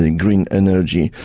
and green energy.